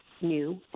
new